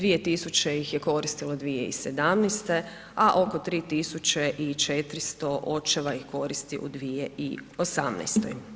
2000. ih je koristilo 2017, a oko 3400 očeva ih koristi u 2018.